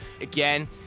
again